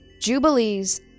Jubilees